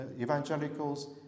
evangelicals